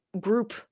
group